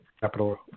capital